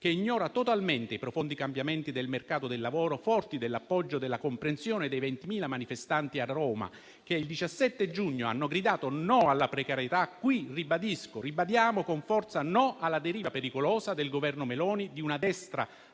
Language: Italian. che ignora totalmente i profondi cambiamenti del mercato del lavoro, forti dell'appoggio e della comprensione dei 20.000 manifestanti a Roma che il 17 giugno hanno gridato "no alla precarietà", qui ribadiamo con forza il no alla deriva pericolosa del Governo Meloni e di una destra